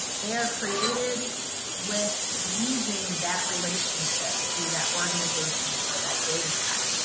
they are created with using that relationship to that organization or that dataset.